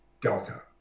delta